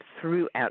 throughout